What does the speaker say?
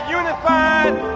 unified